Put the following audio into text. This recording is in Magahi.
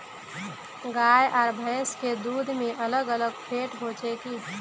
गाय आर भैंस के दूध में अलग अलग फेट होचे की?